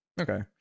Okay